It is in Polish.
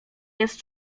jest